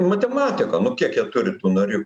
matematika nu kiek jie turi tų narių